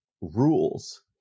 rules